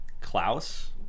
Klaus